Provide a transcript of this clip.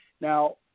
Now